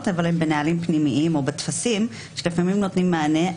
אבל הם בנהלים פנימיים או בטפסים שלפעמים נותנים מענה.